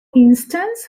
instance